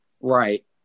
Right